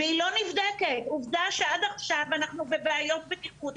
ולהערכתנו בתקופה הממש קרובה,